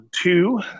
two